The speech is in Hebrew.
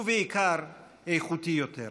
ובעיקר, איכותי יותר.